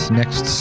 next